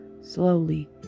Slowly